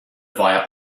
via